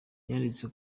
yanditse